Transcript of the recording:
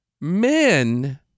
men